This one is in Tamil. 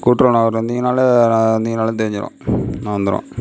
கூட்டுறவு நகர் வந்தீங்கனாலே நான் வந்தீங்கனாலே தெரிஞ்சுடும் நான் வந்துடுவேன்